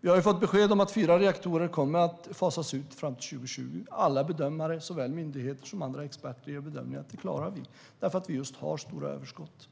Vi har ju fått besked om att fyra reaktorer kommer att fasas ut fram till 2020. Alla bedömare, såväl myndigheter som andra experter, gör bedömningen att vi klarar det, därför att vi just har stora överskott.